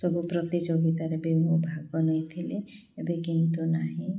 ସବୁ ପ୍ରତିଯୋଗିତାରେ ବି ମୁଁ ଭାଗ ନେଇଥିଲି ଏବେ କିନ୍ତୁ ନାହିଁ